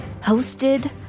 hosted